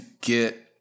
get